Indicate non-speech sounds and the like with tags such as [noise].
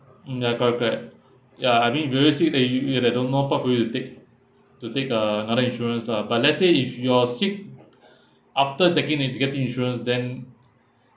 mm ya correct correct ya I mean if you say that you they don't know what will you take to take uh other insurance lah but let's say if you're sick [breath] after taking and getting insurance then